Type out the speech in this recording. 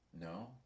No